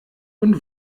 und